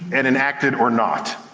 and enacted or not.